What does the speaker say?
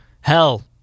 hell